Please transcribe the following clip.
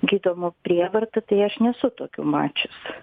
gydomų prievarta tai aš nesu tokių mačius